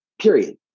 period